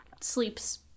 sleeps